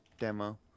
Demo